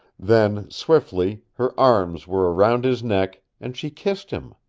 then, swiftly, her arms were around his neck, and she kissed him.